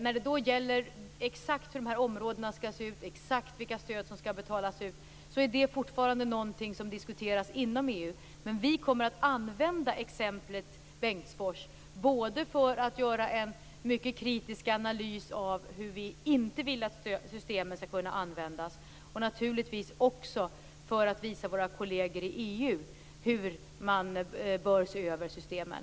När det gäller exakt hur områdena skall se ut, exakt vilka stöd som skall betalas ut är det fortfarande någonting som diskuteras inom EU. Vi kommer att använda exemplet Bengtsfors både för att göra en mycket kritisk analys av hur vi inte vill att systemet skall kunna användas och naturligtvis också för att visa våra kolleger i EU hur man bör se över systemen.